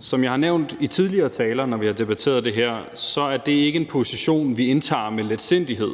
Som jeg har nævnt i tidligere taler, når vi har debatteret det her, er det ikke en position, vi indtager med letsindighed.